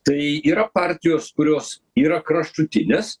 tai yra partijos kurios yra kraštutinės